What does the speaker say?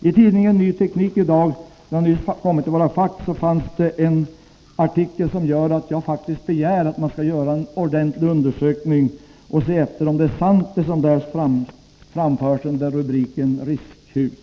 I tidningen Ny Teknik — den har nyss kommit i våra fack — finns i dag en artikel som gör att jag faktiskt begär att man skall göra en ordentlig undersökning och se efter om det är sant som där framförs under rubriken ”Riskhus?”.